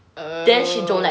err